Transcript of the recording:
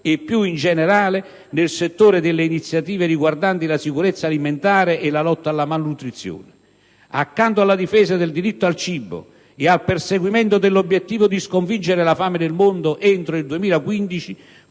e, più in generale, nel settore delle iniziative riguardanti la sicurezza alimentare e la lotta alla malnutrizione. Accanto alla difesa del diritto al cibo e al perseguimento dell'obiettivo di sconfiggere la fame nel mondo entro il 2015